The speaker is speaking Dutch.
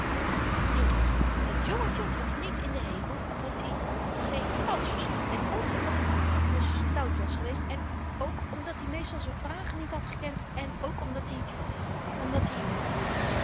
nu dan dat jongetje mocht niet in den hemel omdat i geen fransch verstond en ook omdat i dikwyls stout was geweest en ook omdat i meestal z'n vragen niet had gekend en ook omdat i omdat i